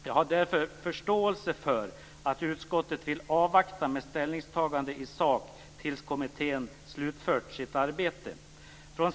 Jag har därför förståelse för att utskottet vill avvakta med ett ställningstagande i sak tills kommittén slutfört sitt arbete.